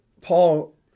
Paul